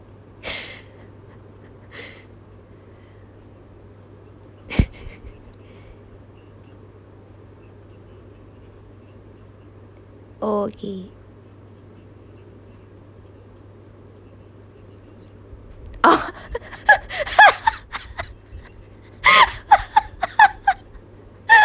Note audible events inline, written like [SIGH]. [LAUGHS] okay oh [LAUGHS]